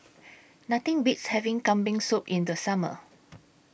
Nothing Beats having Kambing Soup in The Summer